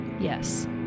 Yes